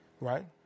Right